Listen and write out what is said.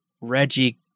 Reggie